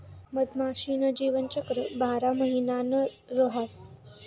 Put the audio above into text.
मधमाशी न जीवनचक्र बारा महिना न रहास